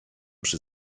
przy